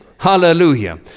Hallelujah